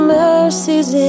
mercies